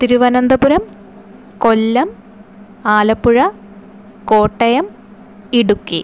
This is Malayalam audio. തിരുവനന്തപുരം കൊല്ലം ആലപ്പുഴ കോട്ടയം ഇടുക്കി